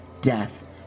death